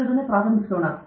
ಸಂಶೋಧನೆ ಪ್ರಾರಂಭಿಸೋಣ